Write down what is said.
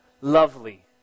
lovely